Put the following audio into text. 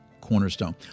cornerstone